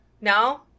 no